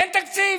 אין תקציב.